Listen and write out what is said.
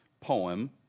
poem